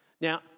Now